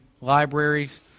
Libraries